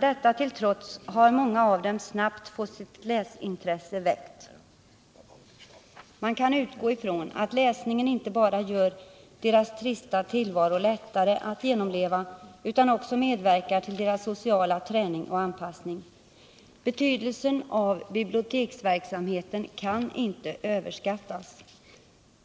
Detta till trots har många av dem snabbt fått sitt läsintresse väckt. Man kan utgå ifrån att läsningen inte bara gör deras trista tillvaro lättare att genomleva utan också medverkar till deras sociala träning och anpassning. Betydelsen av biblioteksverksamheten kan inte överskattas.